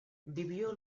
vivió